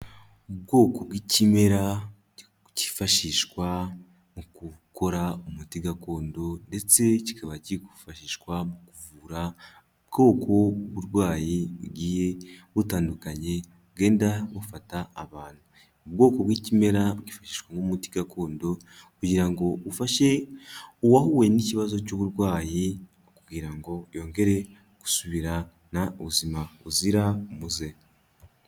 Ubwoko bw'ikimera kifashishwa mu gukora umuti gakondo, ndetse kikaba kigufashishwa mu kuvura bwoko bw'uburwayi bugiye butandukanye bugenda bufata abantu. Ubwoko bw'ikimera bwifashishwa nk'umuti gakondo, kugira ngo ufashe uwahuye n'ikibazo cy'uburwayi, mu kugira ngo yongere gusubirana ubuzima buzira umuze.